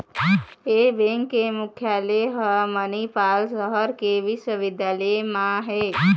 ए bank के मुख्यालय ह मनिपाल सहर के बिस्वबिद्यालय म हे